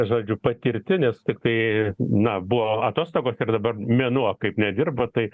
žodžiu patirti nes tiktai na buvo atostogos ir dabar mėnuo kaip nedirbu tai